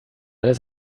alles